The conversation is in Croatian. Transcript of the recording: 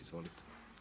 Izvolite.